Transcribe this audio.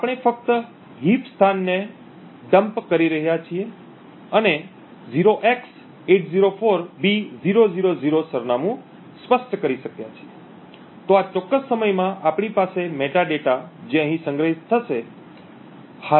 આપણે ફક્ત હીપ સ્થાનને ડમ્પ કરી રહ્યા છીએ અને 0x804b000 સરનામું સ્પષ્ટ કરી શક્યા છીએ તો આ ચોક્કસ સમયમાં આપણી પાસે મેટાડેટા જે અહીં સંગ્રહિત થશે